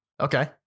Okay